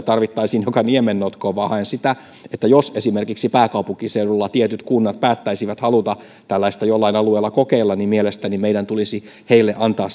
tarvittaisiin joka niemennotkoon vaan haen sitä että jos esimerkiksi pääkaupunkiseudulla tietyt kunnat päättäisivät haluta tällaista jollain alueella kokeilla niin mielestäni meidän tulisi heille antaa